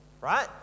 right